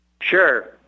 Sure